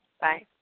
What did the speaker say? Bye